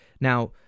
Now